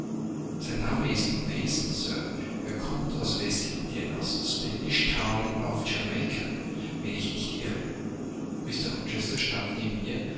sein name ist mason sir und er kommt aus westindien aus spanish town auf jamaika wenn ich nicht irre mr rochester stand neben mir